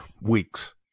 weeks